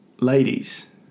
Ladies